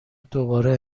دوباره